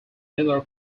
miller